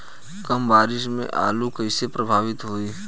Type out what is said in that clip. कम बारिस से आलू कइसे प्रभावित होयी?